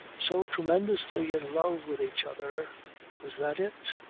so tremendously in love with each other was that it?